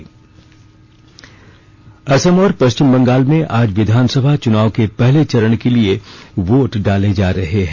चुनाव असम और पश्चिम बंगाल में आज विधानसभा चुनाव के पहले चरण के लिए वोट डाले जा रहे हैं